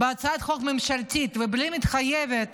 בהצעת חוק ממשלתית ובלי שהיא מתחייבת